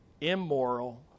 immoral